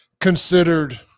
considered